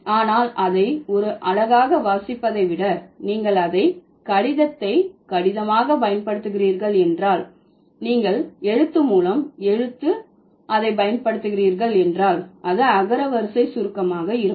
ஆனால் அதை ஒரு அலகாக வாசிப்பதை விட நீங்கள் அதை கடிதத்தை கடிதமாக பயன்படுத்துகிறீர்கள் என்றால் நீங்கள் எழுத்து மூலம் எழுத்து அதை பயன்படுத்துகிறீர்கள் என்றால் அது அகரவரிசை சுருக்கமாக இருக்கும்